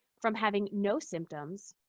from having no symptoms,